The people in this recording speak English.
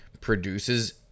produces